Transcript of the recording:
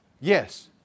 Yes